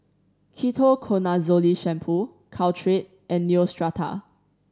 Ketoconazole Shampoo Caltrate and Neostrata